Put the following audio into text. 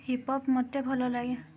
hip pop ମୋତେ ଭଲ ଲାଗେ